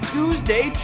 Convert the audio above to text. Tuesday